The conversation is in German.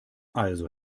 also